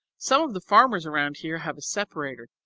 some of the farmers around here have a separator,